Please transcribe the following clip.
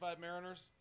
Mariners